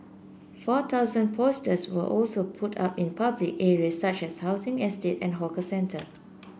four thousand posters were also put up in public areas such as housing estate and hawker centre